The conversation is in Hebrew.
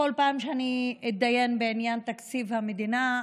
בכל פעם שאני אתדיין בעניין תקציב המדינה,